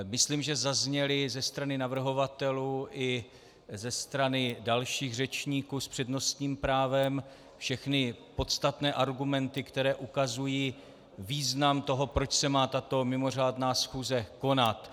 Myslím, že zazněly ze strany navrhovatelů i ze strany dalších řečníků s přednostním právem všechny podstatné argumenty, které ukazují význam toho, proč se má tato mimořádná schůze konat.